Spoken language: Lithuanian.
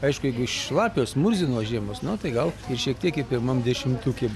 aišku jeigu šlapios murzinos žiemos na tai gal ir šiek tiek ir pirmam dešimtuke